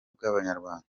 bw’abanyarwanda